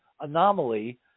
anomaly